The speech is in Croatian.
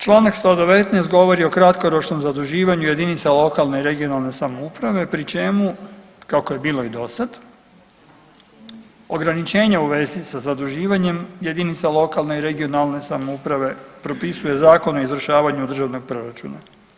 Čl. 119 govori o kratkoročnom zaduživanju jedinica lokalne i regionalne samouprave, pri čemu kako je bilo i dosad, ograničenje u vezi sa zaduživanjem jedinica lokalne i regionalne samouprave, propisuje Zakon o izvršavanju državnog proračuna.